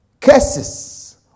curses